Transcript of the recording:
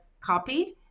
copied